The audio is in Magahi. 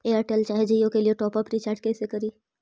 एयरटेल चाहे जियो के लिए टॉप अप रिचार्ज़ कैसे करी?